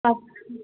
আচ্ছা